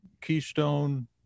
keystone